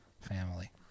family